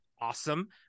awesome